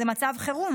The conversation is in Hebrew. זה מצב חירום,